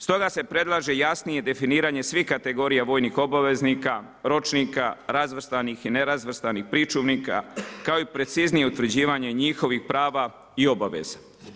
Stoga se predlaže jasnije definiranje svih kategorija vojnih obavezanika, ročnika, razvrstanih i nerazvrstanih pričuvnika, kao i preciznije utvrđivanje njihovih prava i obaveza.